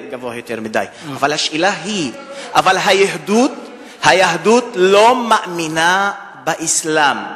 אבל היהדות לא מאמינה באסלאם,